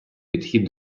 підхід